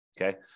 okay